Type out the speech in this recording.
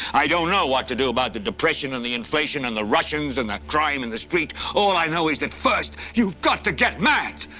i don't know what to do about the depression and the inflation and the russians and the crime in the street. all i know is that first you've got to get mad!